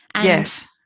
Yes